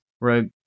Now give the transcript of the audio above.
Right